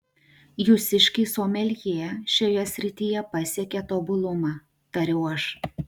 jūsiškiai someljė šioje srityje pasiekė tobulumą tariau aš